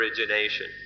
origination